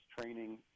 Training